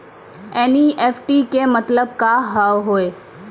NEFT के मतलब का होव हेय?